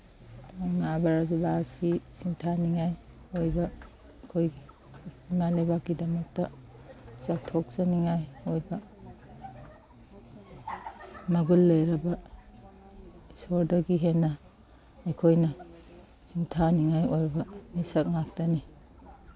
ꯄꯧꯅꯥ ꯕ꯭ꯔꯖꯕꯥꯁꯤ ꯁꯤꯡꯊꯥꯅꯤꯉꯥꯏ ꯑꯣꯏꯕ ꯑꯩꯈꯣꯏ ꯏꯃꯥ ꯂꯩꯕꯥꯛꯀꯤꯗꯃꯛꯇ ꯆꯥꯎꯊꯣꯛꯆꯅꯤꯉꯥꯏ ꯑꯣꯏꯕ ꯃꯒꯨꯟ ꯂꯩꯕ ꯏꯁꯣꯔꯗꯒꯤ ꯍꯦꯟꯅ ꯑꯩꯈꯣꯏꯅ ꯁꯤꯡꯊꯥꯅꯤꯉꯥꯏ ꯑꯣꯏꯕ ꯃꯤꯁꯛ ꯉꯥꯛꯇꯅꯤ